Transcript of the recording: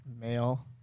Male